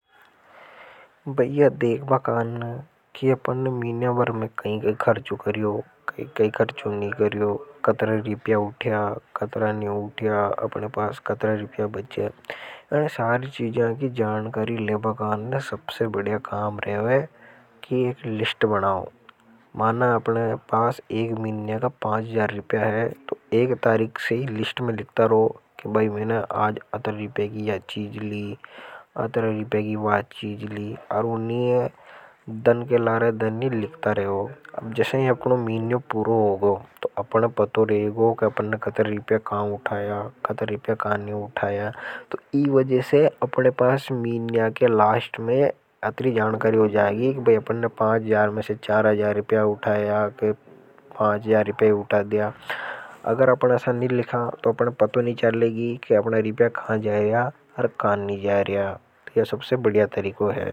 भईया देखबा काने की अपन ने महीना भर में कई करियो कई नी करियो कतरारिपया उठाया। कतरा नी उतिया अपने पास कतरा रिपया बचासारी चीजा की जानकारी लेबा काने। सबसे बढ़िया काम रेवेै कि लिस्ट बनाओ माना। अपने पास एक मीनिया का पांच जार रुपया है तो एक तारीक से लिस्ट में लिखता रो कि बहुत। अतर रीपया की यह चीज ली अतर रीपया की वा चीज ली और उन्हें दन के लारे दन नहीं लिखता रहो। अब जैसे ही अपनों मीन्यों पूरो हो गो तो अपने पतो रहेगो कि अपने अतर रीपया कहां उठाया अतर रीपया कहां नहीं उठाया। तो इन वज़े से अपने पास मिनिया के लास्ट में अत्री जानकारी हो जागी। पांच हज़ार में से चार हज़ार रिपया उठाया अगर अपन असा नी करूंगा। रिप्या कहां जारिया और कान नी जारिया तो या सबसे बढ़िया तरीको है।